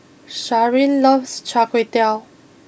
Sharyn loves Char Kway Teow